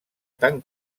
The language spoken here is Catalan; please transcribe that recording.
tan